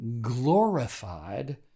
glorified